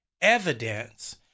evidence